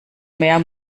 mehr